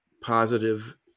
positive